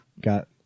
got